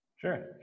Sure